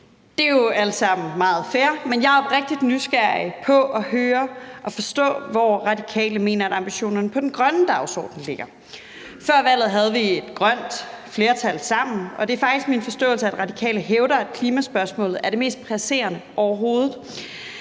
Det er jo alt sammen meget fair, men jeg er oprigtigt nysgerrig efter at høre og forstå, hvor Radikale mener at ambitionerne om den grønne dagsorden ligger. Før valget havde vi et grønt flertal sammen, og det er faktisk min forståelse, at Radikale hævder, at klimaspørgsmålet er det mest presserende overhovedet.